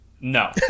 No